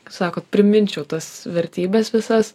sakot priminčiau tas vertybes visas